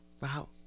Wow